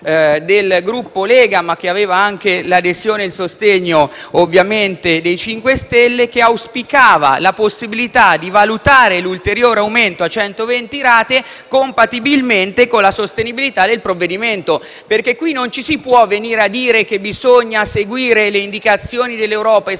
del Gruppo della Lega, ma che aveva anche l'adesione e il sostegno, ovviamente, del Gruppo MoVimento 5 Stelle, che auspicava la possibilità di valutare l'ulteriore aumento a 120 rate, compatibilmente con la sostenibilità del provvedimento. Non ci si può venire a dire, infatti, che bisogna seguire le indicazioni dell'Europa e stare